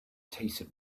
tasted